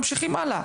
ממשיכים הלאה.